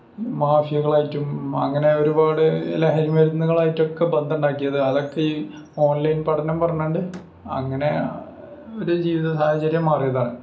മാഫിയകളായിട്ടും അങ്ങനെ ഒരുപാട് ലഹരിമരുന്നുകളായിറ്റുമൊക്കെ ബന്ധമുണ്ടാക്കിയത് അതൊക്കെ ഈ ഓൺലൈൻ പഠനം പറഞ്ഞത് കൊണ്ട് അങ്ങനെ ഒരു ജീവിത സാഹചര്യം മാറിയതാണ്